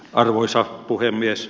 arvoisa puhemies